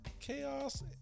chaos